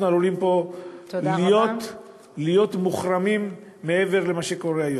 אנחנו עלולים להיות מוחרמים מעבר למה שקורה היום.